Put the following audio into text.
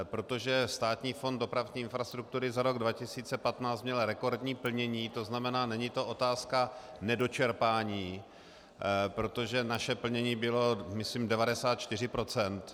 Protože Státní fond dopravní infrastruktury za rok 2015 měl rekordní plnění, to znamená, není to otázka nedočerpání, protože naše plnění bylo myslím 94 %.